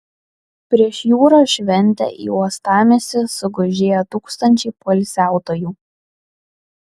prieš jūros šventę į uostamiestį sugužėjo tūkstančiai poilsiautojų